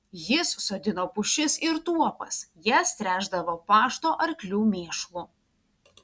jis sodino pušis ir tuopas jas tręšdavo pašto arklių mėšlu